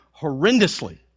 horrendously